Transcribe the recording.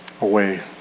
away